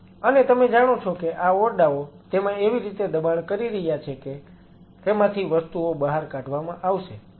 અને તમે જાણો છો કે આ ઓરડાઓ તેમાં એવી રીતે દબાણ કરી રહ્યા છે કે તેમાંથી વસ્તુઓ બહાર કાઢવામાં આવશે